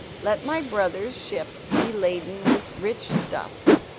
let my brother's ship be laden with rich stuffs,